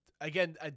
again